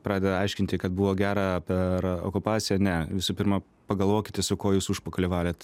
pradeda aiškinti kad buvo gera per okupaciją ne visų pirma pagalvokite su kuo jūs užpakalį valėt